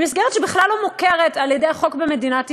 היא מסגרת שבכלל לא מוכרת על-ידי חוק במדינת ישראל,